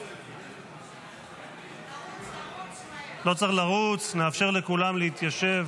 לא צריך לרוץ, נאפשר לכולם להתיישב.